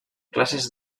classes